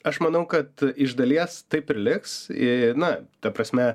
aš manau kad iš dalies taip ir liks į na ta prasme